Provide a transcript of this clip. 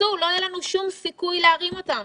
אם יקרסו ולא יהיה לנו שום סיכוי להרים אותם.